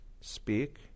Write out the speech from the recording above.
speak